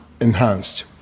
enhanced